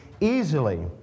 easily